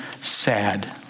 sad